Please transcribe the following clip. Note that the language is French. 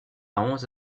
onze